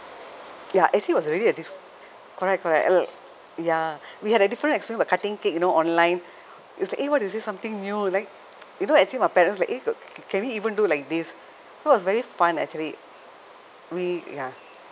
ya actually was really a dis~ correct correct ya we had a different experience about cutting cake you know online it was like eh what is this something new like you know actually my parents like eh can we even do like this so was very fun actually we ya